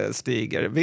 stiger